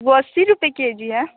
वो अस्सी रुपये के जी है